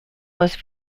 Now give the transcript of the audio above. was